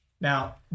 Now